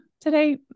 today